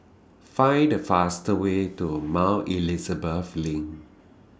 Find The fastest Way to Mount Elizabeth LINK